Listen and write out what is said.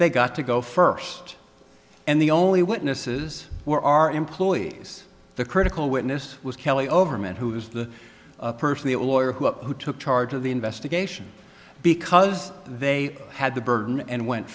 they got to go first and the only witnesses were our employees the critical witness was kelly overman who was the person that lawyer who took charge of the investigation because they had the burden and went